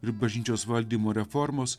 ir bažnyčios valdymo reformos